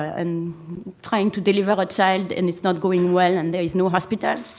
and trying to deliver a child. and it's not going well. and there is no hospital.